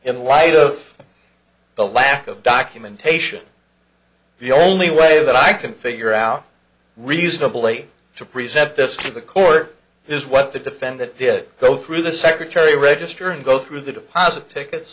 in light of the lack of documentation the only way that i can figure out reasonably to present this to the court is what the defendant did go through the secretary register and go through the deposit pickets